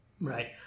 right